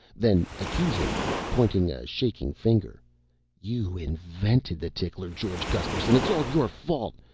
then, accusingly, pointing a shaking finger you invented the tickler, george gusterson! it's all your fault!